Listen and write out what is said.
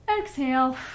exhale